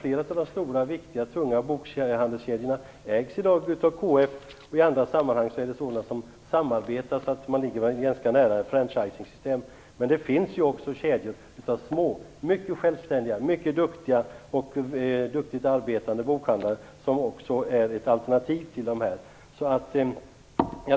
Flera av de stora, viktiga och tunga bokhandelskedjorna ägs i dag av KF, och i andra sammanhang är det fråga om ett samarbete, så man väl ligger ganska nära ett franchisingsystem. Men det finns ju också kedjor av små, mycket självständiga och mycket duktigt arbetande bokhandlare som utgör ett alternativ. Jag